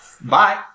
bye